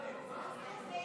רציתי